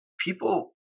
people